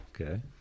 Okay